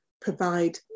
provide